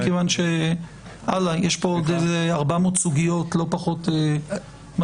מכיוון שיש פה עוד איזה 400 סוגיות לא פחות מטרידות.